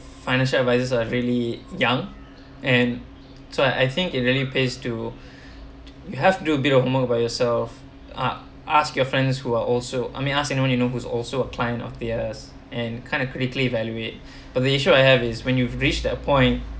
financial advisors are really young and so I I think it really pays to you have do a bit of homework by yourself as~ ask your friends who are also I mean ask anyone you know who's also a client of theirs and kind of critically evaluate but the issue I have is when you've reached that point